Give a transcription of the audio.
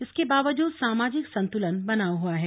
इसके बावजूद सामाजिक संतुलन बना हुआ है